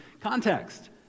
Context